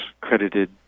credited